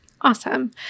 Awesome